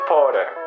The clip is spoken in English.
Porter